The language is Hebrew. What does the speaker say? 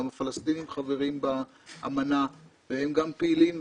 גם הפלסטינים חברים באמנה והם גם פעילים,